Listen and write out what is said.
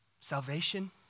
Salvation